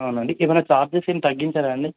అవునండి ఏమైనా ఛార్జెస్ ఏం తగ్గించరా అండి